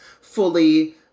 fully